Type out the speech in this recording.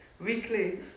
weekly